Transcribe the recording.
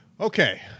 Okay